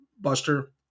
buster